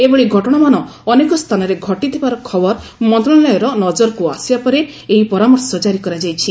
ଏଭଳି ଘଟଣାମାନ ଅନେକସ୍ଥାନରେ ଘଟିଥିବାର ଖବର ମନ୍ତ୍ରଣାଳୟର ନଜରକୁ ଆସିବା ପରେ ଏହି ପରାମର୍ଶ କାରି କରାଯାଇଛି